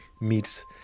meets